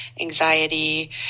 anxiety